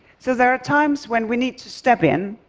so there are times when we need to step in